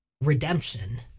redemption—